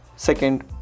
Second